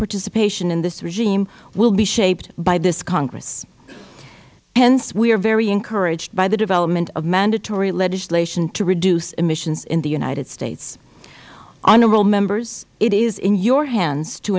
participation in this regime will be shaped by this congress hence we are very encouraged by the development of mandatory legislation to reduce emissions in the united states honorable members it is in your hands to